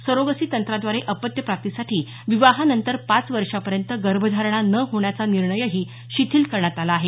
surrogacy तंत्राद्वारे अपत्यप्राप्तीसाठी विवाहानंतर पाच वर्षांपर्यंत गर्भधारणा न होण्याचा निर्णयही शिथील करण्यात आला आहे